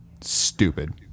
stupid